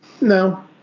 No